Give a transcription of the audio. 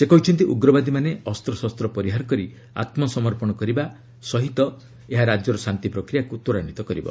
ସେ କହିଛନ୍ତି ଉଗ୍ରବାଦୀମାନେ ଅସ୍ତଶସ୍ତ ପରିହାର କରି ଆତ୍କସମର୍ପଣ କରିବା ସହ ଏହା ରାଜ୍ୟର ଶାନ୍ତିପ୍ରକ୍ରିୟାକୁ ତ୍ୱରାନ୍ୱିତ କରିବ